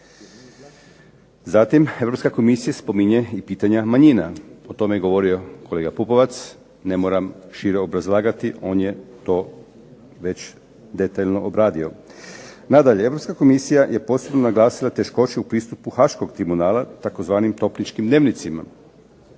Zatim, Europska komisija spominje i pitanja manjina. O tome je govorio kolega Pupovac. Ne moram šire obrazlagati. On je to već detaljno obradio. Nadalje, Europska komisija je posebno naglasila teškoće u pristupu Haaškog tribunala tzv. topničkim dnevnicima.